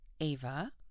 Ava